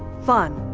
fun.